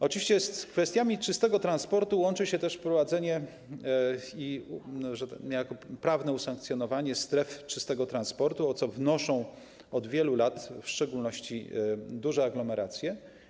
Oczywiście z kwestiami czystego transportu łączy się też wprowadzenie i niejako prawne usankcjonowanie stref czystego transportu, o co wnoszą od wielu lat w szczególności duże aglomeracje.